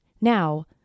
Now